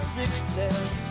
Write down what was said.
success